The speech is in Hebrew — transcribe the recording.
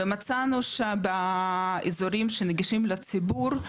ומצאנו שם באזורים שנגישים לציבור,